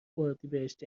اردیبهشت